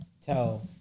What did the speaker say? tell